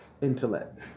intellect